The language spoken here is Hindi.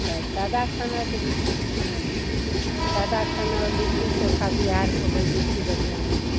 अच्छा सादा खाना तो भी हाँ सादा खाना और लिट्टी चोखा बिहार को भी देशी बढ़िया होता